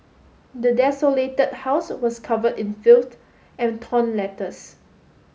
the desolated house was covered in filth and torn letters